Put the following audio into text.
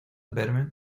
verme